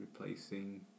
replacing